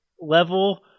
level